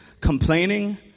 complaining